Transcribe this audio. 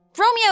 Romeo